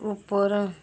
ଉପର